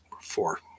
four